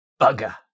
bugger